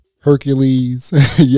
Hercules